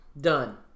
Done